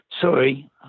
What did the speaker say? sorry